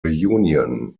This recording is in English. union